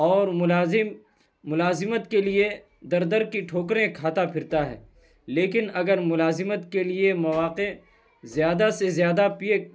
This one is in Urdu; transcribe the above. اور ملازم ملازمت کے لیے در در کی ٹھوکریں کھاتا پھرتا ہے لیکن اگر ملازمت کے لیے مواقع زیادہ سے زیادہ پیے